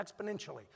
exponentially